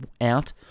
out